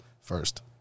first